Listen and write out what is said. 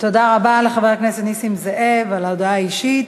תודה רבה לחבר הכנסת נסים זאב על ההודעה האישית.